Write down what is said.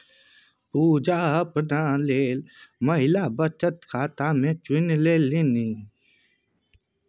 पुजा अपना लेल महिला बचत खाताकेँ चुनलनि